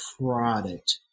product